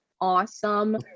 awesome